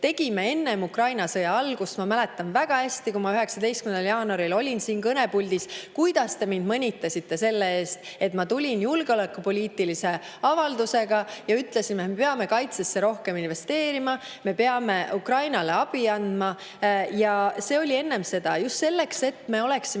[juba] enne Ukraina sõja algust. Ma mäletan väga hästi, kui ma 19. jaanuaril olin siin kõnepuldis ja kuidas te mind siis mõnitasite selle eest, et ma tulin julgeolekupoliitilise avaldusega ja ütlesin, et me peame kaitsesse rohkem investeerima, me peame Ukrainale abi andma – see oli enne [sõja algust] – just selleks, et me oleksime